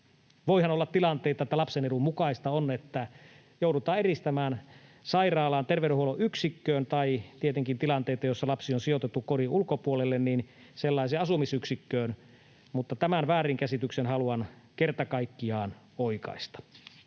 Voihan olla tilanteita, että lapsen edun mukaista on, että joudutaan eristämään sairaalaan, terveydenhuollon yksikköön tai tietenkin tilanteissa, joissa lapsi on sijoitettu kodin ulkopuolelle, sellaiseen asumisyksikköön. Mutta tämän väärinkäsityksen haluan kerta kaikkiaan oikaista.